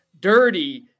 Dirty